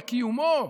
בקיומו,